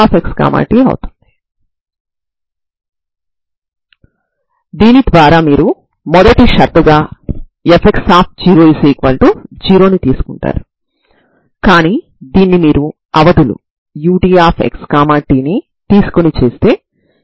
ఏదైనయినప్పటికీ మీరు ఈ a మరియు b లను తీసుకోవడం వల్ల సాధారణంగా చూడడానికి చాలా బాగుంటుంది